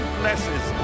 blesses